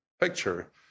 picture